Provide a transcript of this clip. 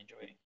enjoy